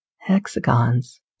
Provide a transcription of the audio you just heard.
hexagons